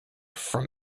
from